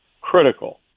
critical